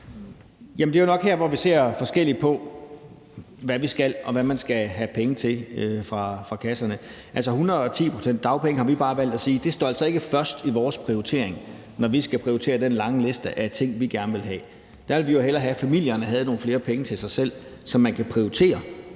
Det er nok her, vi ser forskelligt på, hvad vi skal, og hvad der skal være penge til i kasserne. Altså det med 110 pct. dagpenge har vi bare valgt at sige ikke står først i vores prioriteringer, når vi skal prioritere den lange liste af ting, vi gerne vil. Der vil vi hellere have, at familierne har nogle flere penge til dem selv, så de kan prioritere